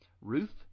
Ruth